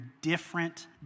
different